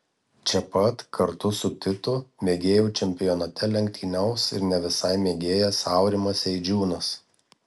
čia pat kartu su titu mėgėjų čempionate lenktyniaus ir ne visai mėgėjas aurimas eidžiūnas